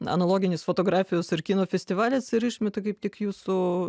analoginės fotografijos ir kino festivalis ir išmeta kaip tik jūsų